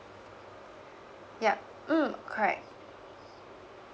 ya mm correct